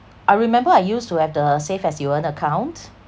I remember I used to have the save as you earn account